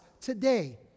today